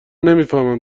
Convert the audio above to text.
نمیفهمم